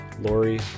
Lori